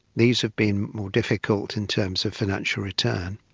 these have been more difficult in terms of financial return.